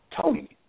Tony